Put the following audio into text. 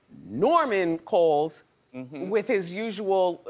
norman called with his usual,